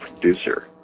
producer